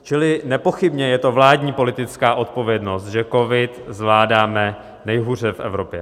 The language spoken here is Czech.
Čili nepochybně je to vládní politická odpovědnost, že covid zvládáme nejhůře v Evropě.